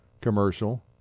commercial